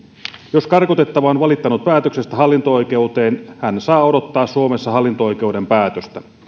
jos karkotettava on valittanut päätöksestä hallinto oikeuteen hän saa odottaa suomessa hallinto oikeuden päätöstä